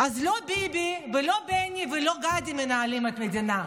אז לא ביבי, לא בני ולא גדי מנהלים את המדינה,